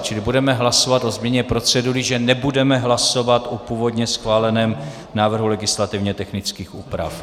Čili budeme hlasovat o změně procedury, že nebudeme hlasovat o původně schváleném návrhu legislativně technických úprav.